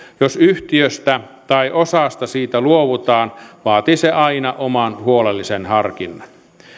jos yhtiöstä tai osasta siitä luovutaan vaatii se aina oman huolellisen harkinnan